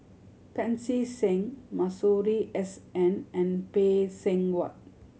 Pancy Seng Masuri S N and Phay Seng Whatt